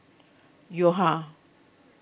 Yo Ha